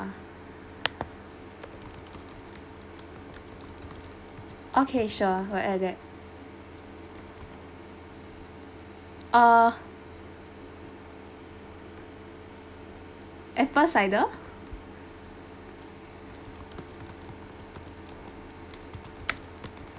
okay sure we'll add that uh apple cider